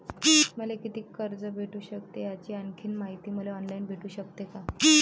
मले कितीक कर्ज भेटू सकते, याची आणखीन मायती मले ऑनलाईन भेटू सकते का?